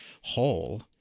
whole